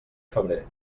febrer